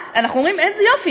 אנחנו אומרים: איזה יופי,